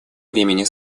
времени